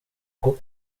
rwo